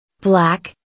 Black